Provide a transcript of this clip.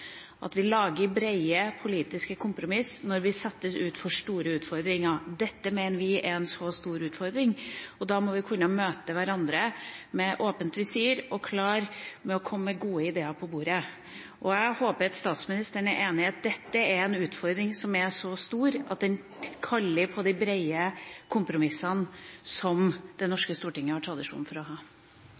at vi lager brede politiske kompromiss når vi stilles overfor store utfordringer. Dette mener vi er en så stor utfordring, og da må vi kunne møte hverandre med åpent visir og klare til å komme med gode ideer på bordet. Jeg håper at statsministeren er enig i at dette er en utfordring som er så stor at den kaller på de brede kompromissene som det norske stortinget har tradisjon for å ha.